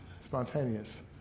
spontaneous